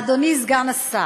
אדוני סגן השר,